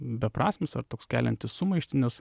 beprasmis ar toks keliantis sumaištį nes